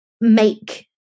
make